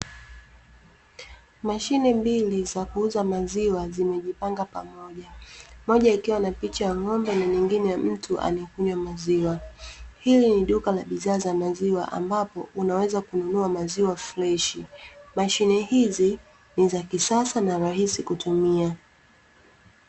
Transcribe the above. Mashine mbili za kuuza maziwa zimejipanga pamoja. Moja ikiwa na picha ya ng'ombe na nyingine mtu akiwa anakunywa maziwa. Hili ni duka la bidhaa za maziwa ambapo unaweza kununua maziwa freshi. Mashine hizi ni za kisasa na rahisi kutumia.